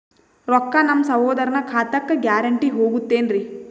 ರೊಕ್ಕ ನಮ್ಮಸಹೋದರನ ಖಾತಕ್ಕ ಗ್ಯಾರಂಟಿ ಹೊಗುತೇನ್ರಿ?